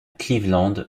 cleveland